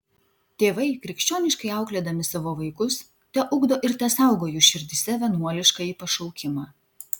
tėvai krikščioniškai auklėdami savo vaikus teugdo ir tesaugo jų širdyse vienuoliškąjį pašaukimą